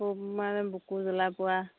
খুব মানে বুকু জ্বলা পুৰা